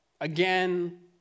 Again